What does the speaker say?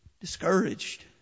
Discouraged